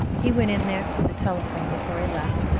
he went in there to the telephone before he left,